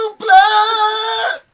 blood